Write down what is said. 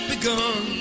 Begun